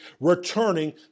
returning